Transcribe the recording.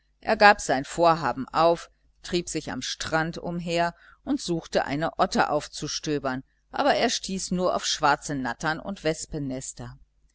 er gab sein vorhaben auf trieb sich am strand umher und suchte eine otter aufzustöbern aber er stieß nur auf schwarze nattern und wespennester